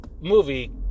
movie